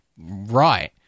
right